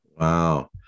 Wow